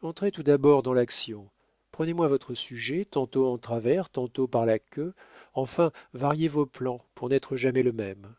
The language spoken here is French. tout d'abord dans l'action prenez-moi votre sujet tantôt en travers tantôt par la queue enfin variez vos plans pour n'être jamais le même